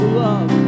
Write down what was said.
love